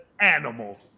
animal